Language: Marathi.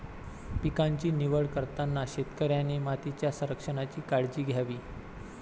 पिकांची निवड करताना शेतकऱ्याने मातीच्या संरक्षणाची काळजी घ्यावी